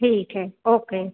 ठीक है ओके